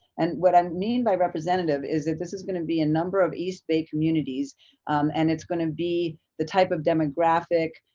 and what i mean by representative is that this is gonna be a number of east bay communities and it's gonna be the type of demographic,